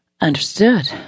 Understood